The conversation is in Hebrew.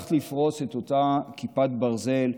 הצלחת לפרוץ את אותה כיפת ברזל,